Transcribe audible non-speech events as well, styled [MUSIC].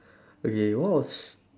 [BREATH] okay what was